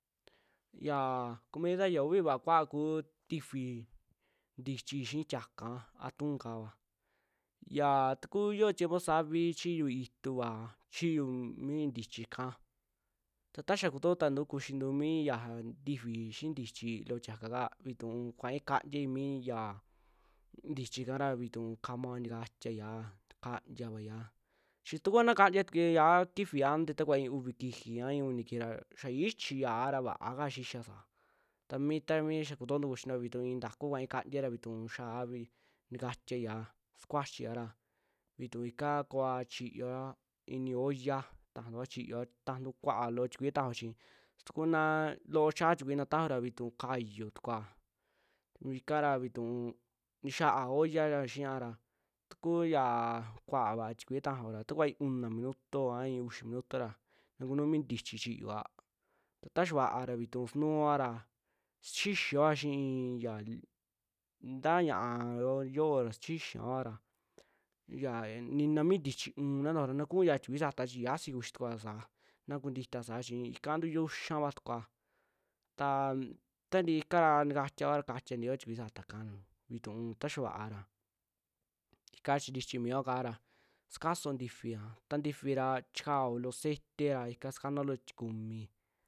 Yaa comida yaa uuvi vaa kua'a kuu ntifi, ntichii xii xia'aka atún kava xiaa takuu xioo tiempo savii chiiyu ikatuva, chiiyu mi ntichii ka, ta ta xaa kutoo tantu kuxintu mii ya ntifi xii ntichii loo tia'aka ka, vituu kuai kantiai yaa ntichi kara, vituu kama ntikatiaia kaantiavaia, chi tukuu na kantiatukuia kifii ante ta kuvaa i'i uvi kijii a uni kiji ra xaa ichiya'a ra vaaka xixia tami, taami xaa kutoontu kuxintua ntakuu kuai kantiaia vituu xa'a ntikatiaia, sukuachia ra vituu ika koaa chiiyoa inii olla, tajantua chiiyoa a kua'a loo tikuii tajao chi tukuu naa loo chaa tikui na tajaora vituu kayuutukua ikara vituu nixaa olla xiaara, tukuu kuaa vaa tikuii tajao ra ta ikuva i'i u'una minuto a i'i uxii minuto ra na kunuu mi ntichi chiyoa, ta taxaava'a vituu sinuuoa ra sixixioa xii yaaa ntaa ña'ao yoo ra sixixioa ra, ya nina mii ntichii u'un na ntojo ra nakuu ntii mi tikuii sataa chi saxii kuxitukuaasa na kuntita saa chi ika ntuu xiuyia tukua taa tantii ikaa ra, ntakatiaoa kaatia ntiiyo tikui sataaka ra vituu ta xaa va'ara ika chintichimioa kaara sxikasuuo ntifia, taa ntifi chikao loo ceteea ika sikanao loo tikumii.